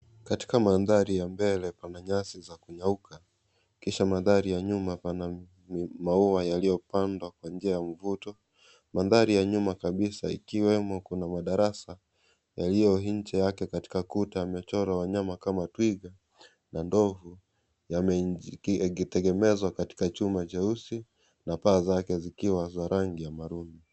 Katika mandhari ya mbele pana nyasi za kunyauka Kisha maandari ya nyuma pana maua yaliyopandwa kwa njia ya mvuto mandhari ya nyuma kabisa ikuwemo na madarasa yaliyo kwenye nje yake na kuta zilizochorwa wanyama kama twiga na ndovu yakitegemezwa katika chuma cheusi na paa zake zikiwa rangi za maroon .